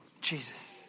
Jesus